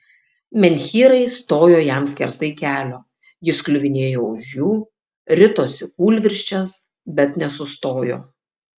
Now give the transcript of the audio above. menhyrai stojo jam skersai kelio jis kliuvinėjo už jų ritosi kūlvirsčias bet nesustojo